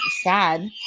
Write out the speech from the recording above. sad